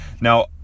Now